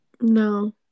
No